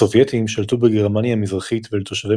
הסובייטים שלטו בגרמניה המזרחית ולתושבי